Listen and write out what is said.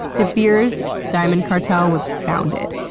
debeers, diamond cartel, was founded.